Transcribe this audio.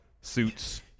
Suits